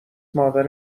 مادر